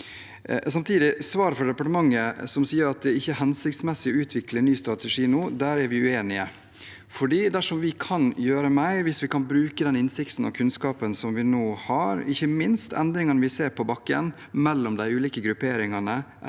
Samtidig skriver departementet i svaret at det ikke er hensiktsmessig å utvikle en ny strategi nå. Der er vi uenige. Dersom vi kan gjøre mer – hvis vi kan bruke den innsikten og kunnskapen som vi nå har, ikke minst om endringene vi ser på bakken mellom de ulike grupperingene,